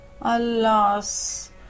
alas